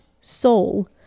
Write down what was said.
Soul